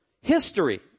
history